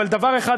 אבל דבר אחד,